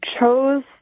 chose